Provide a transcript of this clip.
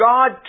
God